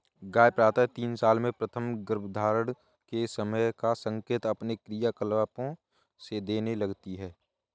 गाय प्रायः तीन साल में प्रथम गर्भधारण के समय का संकेत अपने क्रियाकलापों से देने लगती हैं